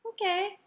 okay